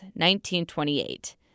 1928